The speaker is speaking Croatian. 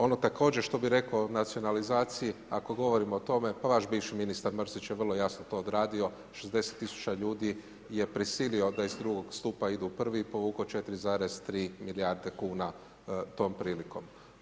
Ono također što bih rekao o nacionalizaciji, ako govorimo o tome, pa vaš bivši ministar Mrsić je vrlo jasno to odradio, 60 000 ljudi je prisilio da iz II. stupa idu u I. i povuko 4,2 milijarde kuna tom prilikom.